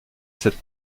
cette